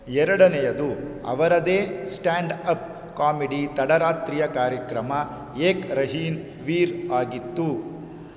ಎರಡನೆಯದು ಅವರದ್ದೇ stand up comedy ತಡರಾತ್ರಿಯ ಕಾರ್ಯಕ್ರಮ ಏಕ್ ರಹೀನ್ ವೀರ್ ಆಗಿತ್ತು